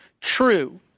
true